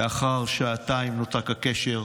לאחר שעתיים נותק הקשר.